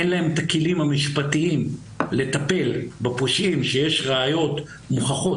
אין להם את הכלים המשפטיים לטפל בפושעים כשיש ראיות מוכחות,